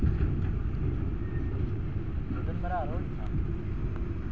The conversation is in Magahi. जिरो बैलेंस पर कोन कोन बैंक में खाता खुल सकले हे?